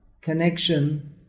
connection